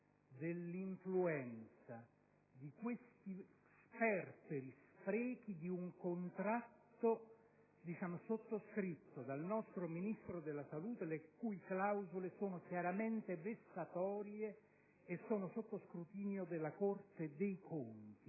dell'influenza e gli sperperi e gli sprechi di un contratto sottoscritto dal nostro Ministro della salute, le cui clausole sono chiaramente vessatorie e sono sotto scrutinio della Corte dei conti.